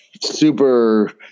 super